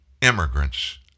immigrants